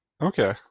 Okay